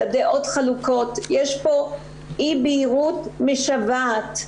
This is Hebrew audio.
הדעות חלוקות, יש פה אי בהירות משוועת.